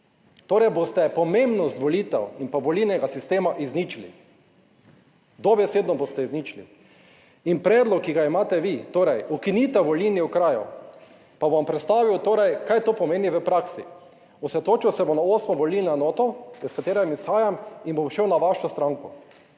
Torej, boste pomembnost volitev in volilnega sistema izničili, dobesedno boste izničili. In predlog, ki ga imate vi, torej ukinitev volilnih okrajev, pa bom predstavil torej kaj to pomeni v praksi. Osredotočil se bom na osmo volilno enoto, iz katere izhajam in bo šel na vašo stranko.